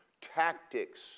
tactics